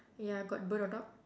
ya got bird on top